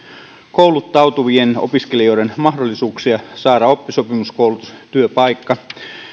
kouluttautuvien opiskelijoiden mahdollisuuksia saada oppisopimuskoulutustyöpaikka